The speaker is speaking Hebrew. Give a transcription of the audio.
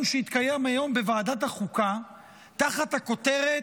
שהתקיים היום בוועדת החוקה תחת הכותרת: